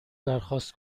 درخواست